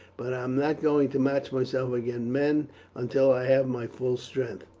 but i am not going to match myself against men until i have my full strength.